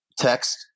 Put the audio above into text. text